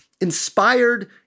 inspired